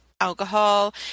alcohol